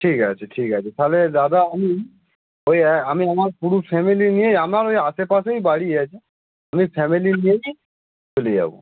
ঠিক আছে ঠিক আছে তাহলে দাদা আমি ওই হ্যাঁ আমি আমার পুরো ফ্যামিলি নিয়ে আমার ওই আশেপাশেই বাড়ি আছে আমি ফ্যামিলি নিয়েই চলে যাবো